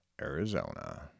Arizona